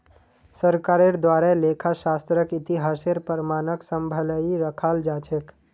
सरकारेर द्वारे लेखा शास्त्रक इतिहासेर प्रमाणक सम्भलई रखाल जा छेक